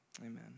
amen